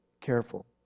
careful